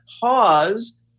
pause